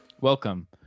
welcome